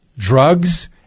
drugs